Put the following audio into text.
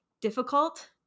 difficult